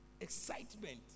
Excitement